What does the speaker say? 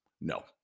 No